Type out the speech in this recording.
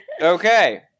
Okay